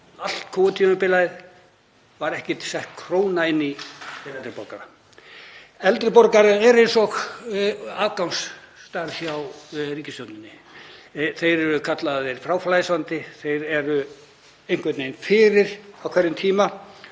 Allt Covid-tímabilið var ekki sett króna til eldri borgara. Þeir eru eins og afgangsstærð hjá ríkisstjórninni. Þeir eru kallaðir fráflæðisvandi, þeir eru einhvern veginn fyrir á hverjum tíma